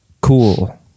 Cool